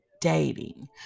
dating